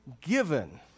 given